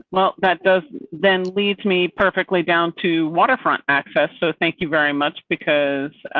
well that does then leads me perfectly down to waterfront access. so thank you very much because.